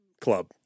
club